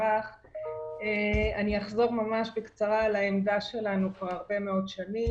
אני אחזור ממש בקצרה על העמדה שלנו כבר הרבה מאוד שנים.